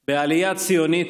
בעלייה ציונית,